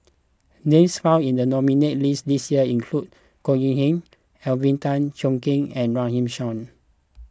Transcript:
names found in the nominees' list this year include Goh Yihan Alvin Tan Cheong Kheng and Runme Shaw